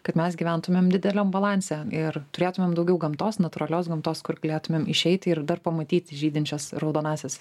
kad mes gyventumėm dideliam balanse ir turėtumėm daugiau gamtos natūralios gamtos kur galėtumėm išeiti ir dar pamatyti žydinčias raudonąsias